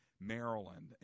Maryland